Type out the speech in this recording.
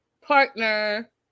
partner